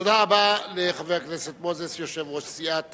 תודה רבה לחבר הכנסת מוזס, יושב-ראש סיעת